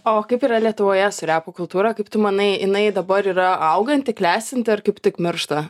o kaip yra lietuvoje su repo kultūra kaip tu manai jinai dabar yra auganti klestinti ar kaip tik miršta